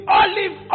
olive